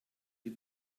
die